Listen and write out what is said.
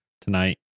tonight